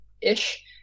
ish